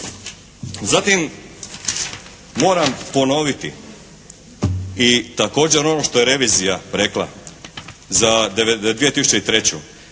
Zatim moram ponoviti i također ono što je revizija rekla za 2003.